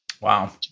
Wow